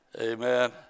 Amen